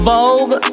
Vogue